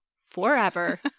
forever